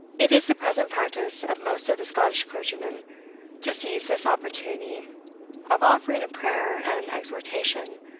it is the present practice of most of the scottish clergymen to seize this opportunity of offering a prayer, and exhortation,